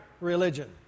religion